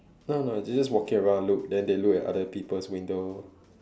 no no they just walking around look then they look at other people's window